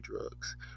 drugs